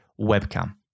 webcam